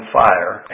fire